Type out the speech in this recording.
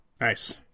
Nice